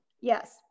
yes